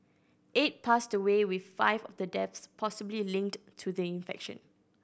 eight passed away with five of the deaths possibly linked to the infection